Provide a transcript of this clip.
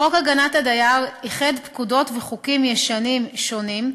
חוק הגנת הדייר איחד פקודות וחוקים ישנים שונים,